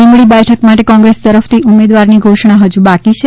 લીંબડી બેઠક માટે કોંગ્રેસ તરફ થી ઉમેદવાર ની ધોષણા હજુ બાકી છે